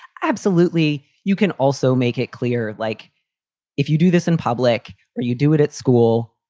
absolutely. you can also make it clear, like if you do this in public or you do it at school,